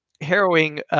harrowing